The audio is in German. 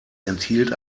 enthielt